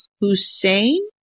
Hussein